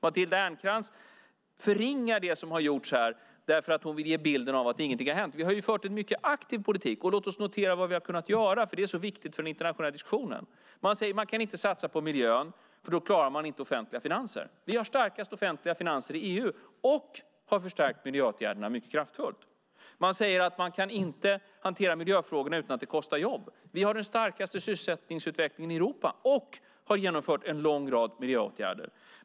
Matilda Ernkrans förringar här det som har gjorts, därför att hon vill ge bilden av att ingenting har hänt. Men vi har ju fört en mycket aktiv politik, och låt oss notera vad vi har kunnat göra, för det är så viktigt för den internationella diskussionen. Där säger man att man inte kan satsa på miljön, för då klarar man inte de offentliga finanserna. Vi har de starkaste offentliga finanserna i EU samtidigt som vi har förstärkt miljöåtgärderna mycket kraftfullt. Man säger att man inte kan hantera miljöfrågorna utan att det kostar jobb. Vi har den starkaste sysselsättningsutvecklingen i Europa samtidigt som vi har genomfört en lång rad miljöåtgärder.